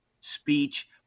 speech